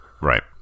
Right